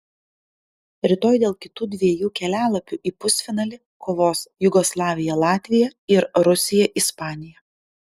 rytoj dėl kitų dviejų kelialapių į pusfinalį kovos jugoslavija latvija ir rusija ispanija